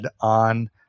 on